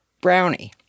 brownie